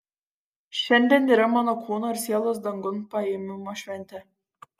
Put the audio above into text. šiandien yra mano kūno ir sielos dangun paėmimo šventė